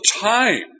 time